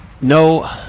No